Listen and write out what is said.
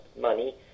money